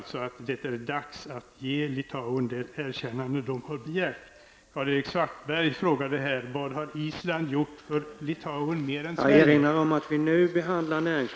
Det är dags att ge Litauen det erkännande som man har begärt. Karl-Erik Svartberg frågade vad Island har gjort för Litauen som inte Sverige har gjort. Herr talman! Island har gjort mer än Sverige, trots sin litenhet. Island har erkänt Litauen.